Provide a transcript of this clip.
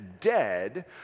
dead